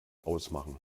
ausmachen